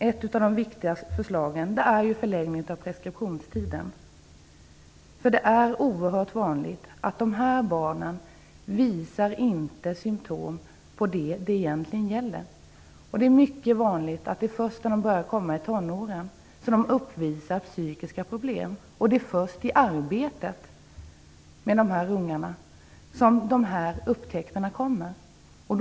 Ett av de viktigaste förslagen är också förlängningen av preskriptionstiden. Det är oerhört vanligt att dessa barn inte visar symtom på det som det egentligen gäller. Det är mycket vanligt att de först när de börjar komma i tonåren uppvisar psykiska problem, och det är först vid arbetet med de här ungarna som upptäckterna görs.